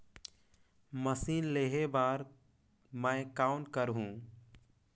Machine लेहे बर मै कौन करहूं?